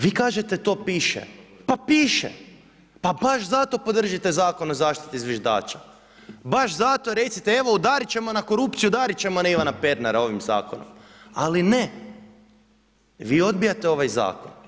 Vi kažete to piše, pa piše, pa zato podržite zakon o zaštiti zviždača, baš zato recimo evo udarit ćemo na korupciju, udarit ćemo na Ivana Pernara ovim zakonom, ali ne, vi odbijate ovaj zakon.